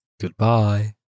Goodbye